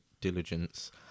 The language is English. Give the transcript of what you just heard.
diligence